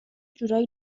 جورایی